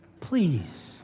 Please